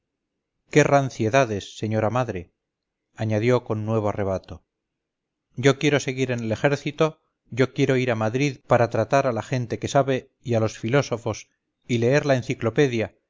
qué ranciedades señora madre añadió con nuevo arrebato yo quiero seguir en el ejército yo quiero ir a madrid para tratar a la gente que sabe y a los filósofos y leer la enciclopedia